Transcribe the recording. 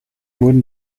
wurden